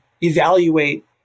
evaluate